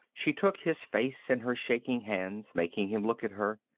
she took his face in her shaking hands, making him look at her.